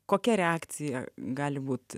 kokia reakcija gali būt